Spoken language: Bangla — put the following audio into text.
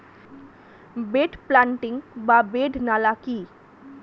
বেড প্লান্টিং বা বেড নালা কি?